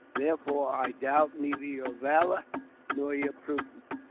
therefore, i doubt neither your valour nor your prudence,